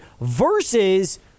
versus